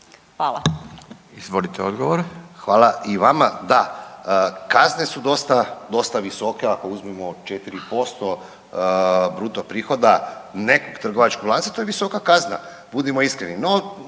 Goran (HDZ)** Hvala i vama. Da. Kazne su dosta visoke, ako uzmemo, 4% bruto prihoda nekog trgovačkog lanca, to je visoka kazna, budimo iskreni.